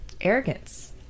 arrogance